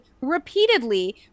repeatedly